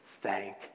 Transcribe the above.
thank